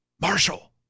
Marshall